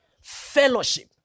Fellowship